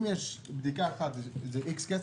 אם יש בדיקה אחת זה עולה X כסף,